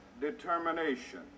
determination